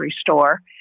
store